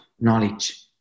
knowledge